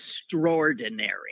extraordinary